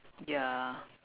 ya